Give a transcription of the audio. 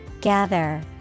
Gather